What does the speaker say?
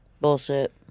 Bullshit